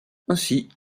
ainsi